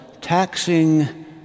taxing